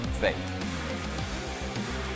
faith